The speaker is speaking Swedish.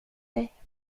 dig